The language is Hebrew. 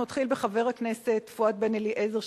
אנחנו נתחיל בחבר הכנסת פואד בן-אליעזר,